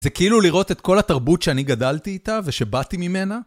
זה כאילו לראות את כל התרבות שאני גדלתי איתה ושבאתי ממנה?